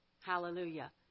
Hallelujah